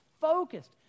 focused